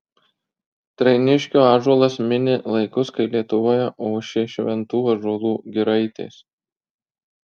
trainiškio ąžuolas minė laikus kai lietuvoje ošė šventų ąžuolų giraitės